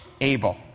Abel